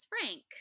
Frank